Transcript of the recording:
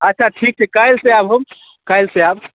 अच्छा ठीक छै काल्हिसए आयब हम काल्हिसए आयब